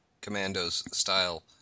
commandos-style